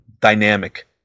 dynamic